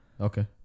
Okay